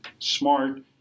smart